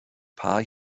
paar